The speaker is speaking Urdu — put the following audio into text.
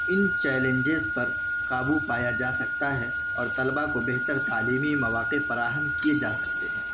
ان چیلنجز پر قابو پایا جا سکتا ہے اور طلبا کو بہتر تعلیمی مواقع فراہم کیے جا سکتے ہیں